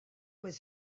was